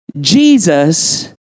Jesus